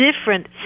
different